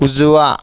उजवा